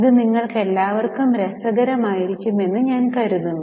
ഇത് നിങ്ങൾക്കെല്ലാവർക്കും രസകരമായിരിക്കുമെന്ന് ഞാൻ കരുതുന്നു